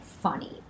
funny